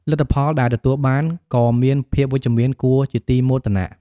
លទ្ធផលដែលទទួលបានក៏មានភាពវិជ្ជមានគួរជាទីមោទនៈ។